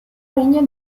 regno